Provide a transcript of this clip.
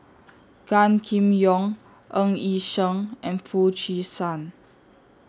Gan Kim Yong Ng Yi Sheng and Foo Chee San